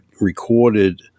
recorded